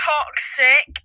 Toxic